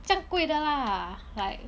这样贵的 lah like